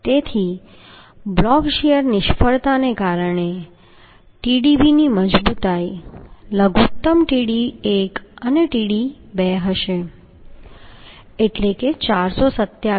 તેથી block shear નિષ્ફળતાને કારણે Tdb ની મજબૂતાઈ લઘુત્તમ Tdb1 અને Tdb2 હશે એટલે કે 427